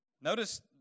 Notice